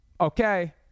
okay